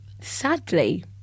sadly